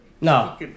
No